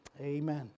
Amen